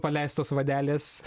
paleistos vadelės